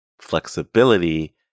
flexibility